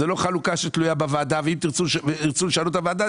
זאת לא חלוקה שתלויה בוועדה ואם ירצו לשנות את זה בוועדה,